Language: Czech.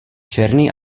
černý